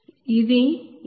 ఇది 53 వ సమీకరణం